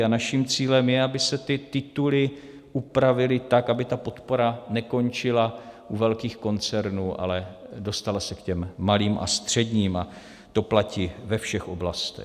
A naším cílem je, aby se ty tituly upravily tak, aby ta podpora nekončila u velkých koncernů, ale dostala se k těm malým a středním, a to platí ve všech oblastech.